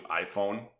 iPhone